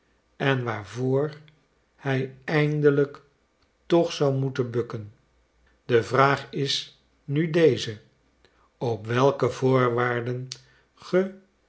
en waarvoor hij eindelijk toch zou moeten bukken de vraag is nu deze op welke voorwaarden ge